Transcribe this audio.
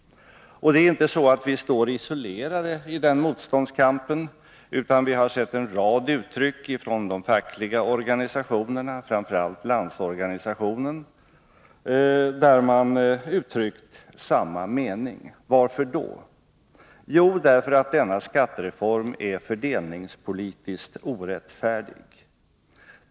Och vi står inte isolerade i den motståndskampen, utan vi har sett en rad uttryck från de fackliga organisationerna, framför allt Landsorganisationen, där man har samma mening. Varför det? Jo, därför att denna skattereform är fördelningspolitiskt orättfärdig.